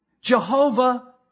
Jehovah